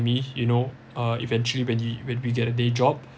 me you know uh eventually when he when we get a day job